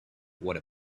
what